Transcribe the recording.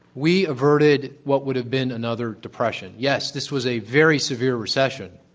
we averted what would have been another depression. yes, this was a very severe recession,